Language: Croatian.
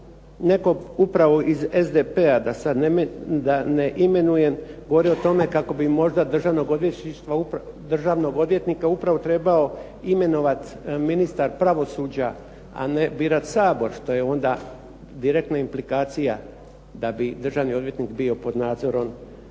netko upravo iz SDP-a, da ne imenujem, govori o tome kako bi možda državnog odvjetnika upravo trebao imenovati ministar pravosuđa, a ne birati Sabor, što je onda direktno implikacija da bi državni odvjetnik bio pod nadzorom